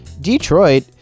Detroit